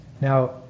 Now